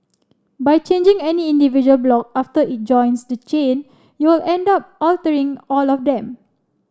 by changing any individual block after it joins the chain you'll end up altering all of them